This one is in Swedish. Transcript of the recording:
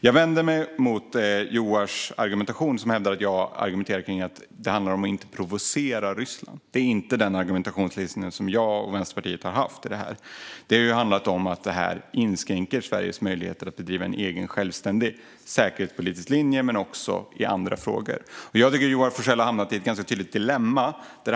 Jag vänder mig mot Joars argumentation - att jag skulle argumentera kring att det handlar om att inte provocera Ryssland. Det är inte den argumentation som jag och Vänsterpartiet har haft. Det har handlat om att detta inskränker Sveriges möjligheter att bedriva en egen självständig säkerhetspolitisk linje. Men det gäller också andra frågor. Jag tycker att Joar Forssell har hamnat i ett ganska tydligt dilemma.